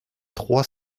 trois